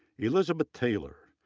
elizabeth taylor,